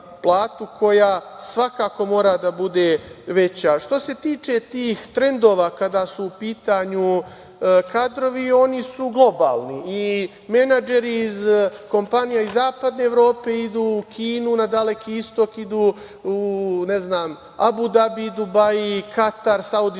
koja svakako mora da bude veća. Što se tiče tih trendova kada su u pitanju kadrovi, oni su globalni i menadžeri iz kompanija iz zapadne Evrope idu u Kinu na Daleki Istok idu, ne znam, Abu Dabi, Dubaji, Katar, Saudijsku Arabiju.